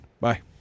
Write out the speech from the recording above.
Bye